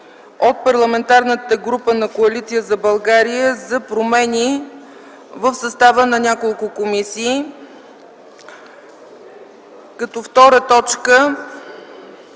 от Парламентарната група на Коалиция за България за промени в състава на няколко комисии.) Втората точка